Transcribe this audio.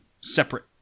separate